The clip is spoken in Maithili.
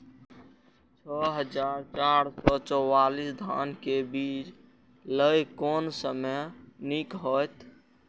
छः हजार चार सौ चव्वालीस धान के बीज लय कोन समय निक हायत?